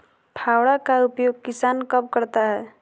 फावड़ा का उपयोग किसान कब करता है?